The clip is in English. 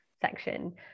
section